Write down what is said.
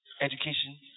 education